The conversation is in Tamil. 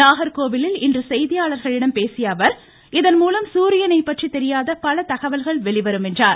நாகர்கோவிலில் இன்று செய்தியாளர்களிடம் பேசிய அவர் இதன்மூலம் சூரியனை பற்றி தெரியாத பல தகவல்கள் வெளிவரும் என்றார்